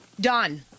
Done